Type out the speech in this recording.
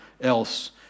else